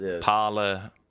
Parlor